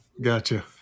gotcha